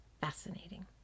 Fascinating